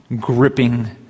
gripping